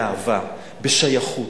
באהבה, בשייכות.